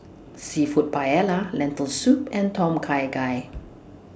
Seafood Paella Lentil Soup and Tom Kha Gai